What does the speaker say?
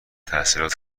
تحصیلات